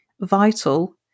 vital